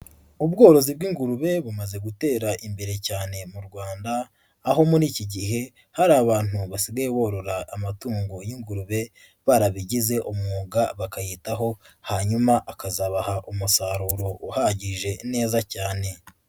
Ubworozi bw'ingurube bumaze gutera imbere cyane mu Rwanda, aho muri iki gihe hari abantu basigaye borora amatungo y'ingurube barabigize umwuga bakayitaho, hanyuma akazabaha umusaruro uhagije neza cyane.